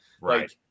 Right